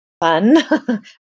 fun